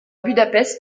budapest